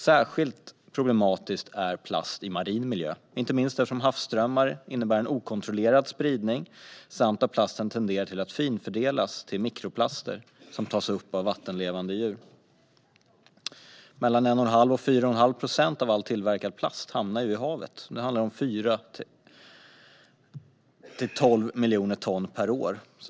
Särskilt problematisk är plast i marin miljö, inte minst eftersom havsströmmar innebär en okontrollerad spridning samt eftersom plasten tenderar att finfördelas till mikroplaster, som tas upp av vattenlevande djur. Mellan 1,5 och 4,5 procent av all tillverkad plast hamnar i havet. Det handlar om 4-12 miljoner ton per år.